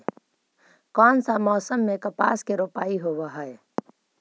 कोन सा मोसम मे कपास के रोपाई होबहय?